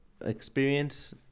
experience